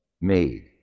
made